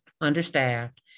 understaffed